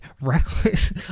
reckless